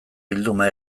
bilduma